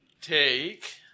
Take